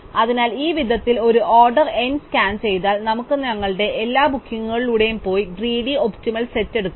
അതിനാൽ ഈ വിധത്തിൽ ഒരു ഓർഡർ n സ്കാൻ ചെയ്താൽ നമുക്ക് ഞങ്ങളുടെ എല്ലാ ബുക്കിംഗുകളിലൂടെയും പോയി ഗ്രീഡി ഒപ്റ്റിമൽ സെറ്റ് എടുക്കാം